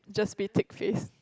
just be thick face